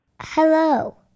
Hello